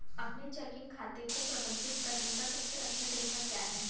अपने चेकिंग खाते को प्रबंधित करने का सबसे अच्छा तरीका क्या है?